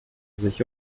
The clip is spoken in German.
sich